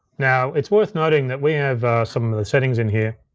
now it's worth noting that we have some of the settings in here,